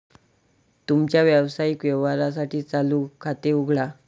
तुमच्या व्यावसायिक व्यवहारांसाठी चालू खाते उघडा